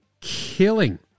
killing